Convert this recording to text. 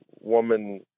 woman